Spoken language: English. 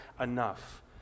enough